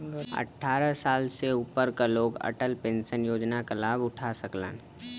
अट्ठारह साल से ऊपर क लोग अटल पेंशन योजना क लाभ उठा सकलन